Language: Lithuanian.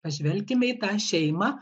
pažvelkime į tą šeimą